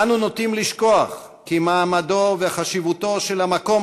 אנו נוטים לשכוח כי מעמדו וחשיבותו של המקום